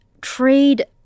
trade